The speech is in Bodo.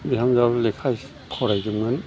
बिहामजोयाबो लेखा एसे फरायदोंमोन